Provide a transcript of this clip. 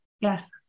Yes